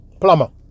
plumber